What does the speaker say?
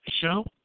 show